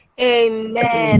Amen